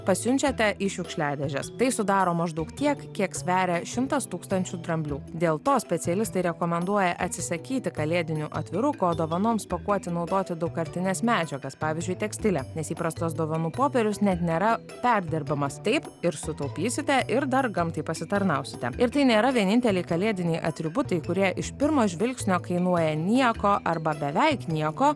pasiunčiate į šiukšliadėžes tai sudaro maždaug tiek kiek sveria šimtas tūkstančių dramblių dėl to specialistai rekomenduoja atsisakyti kalėdinių atvirukų o dovanoms pakuoti naudoti daugkartines medžiagas pavyzdžiui tekstilę nes įprastas dovanų popierius net nėra perdirbamas taip ir sutaupysite ir dar gamtai pasitarnausite ir tai nėra vieninteliai kalėdiniai atributai kurie iš pirmo žvilgsnio kainuoja nieko arba beveik nieko